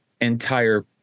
entire